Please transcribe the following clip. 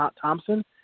Thompson